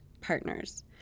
partners